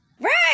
Right